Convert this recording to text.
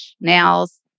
nails